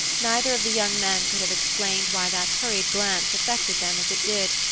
neither of the young men could have explained why that hurried glance affected them as it did,